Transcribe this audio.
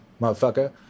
motherfucker